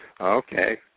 Okay